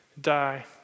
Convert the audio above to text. die